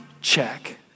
check